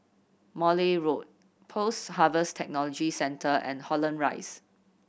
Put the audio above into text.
Morley Road Post Harvest Technology Centre and Holland Rise